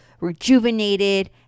rejuvenated